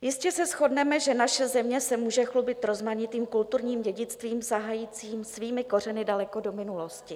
Jistě se shodneme, že naše země se může chlubit rozmanitým kulturním dědictvím, sahajícím svými kořeny daleko do minulosti.